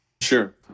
Sure